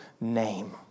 name